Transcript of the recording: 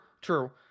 True